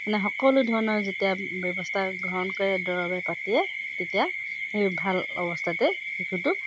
সকলো ধৰণৰ যেতিয়া ব্যৱস্থা গ্ৰহণ কৰে দৰৱে পাতিয়ে তেতিয়া সেই ভাল অৱস্থাতে শিশুটোক